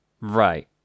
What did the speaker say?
Right